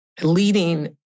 leading